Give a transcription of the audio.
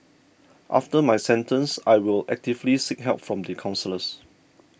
after my sentence I will actively seek help from the counsellors